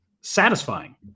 satisfying